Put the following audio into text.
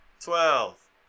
twelve